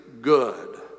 good